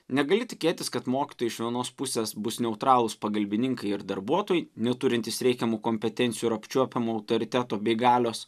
negali tikėtis kad mokytojai iš vienos pusės bus neutralūs pagalbininkai ir darbuotojai neturintys reikiamų kompetencijų ir apčiuopiamų autoriteto bei galios